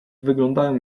wyglądają